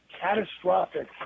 catastrophic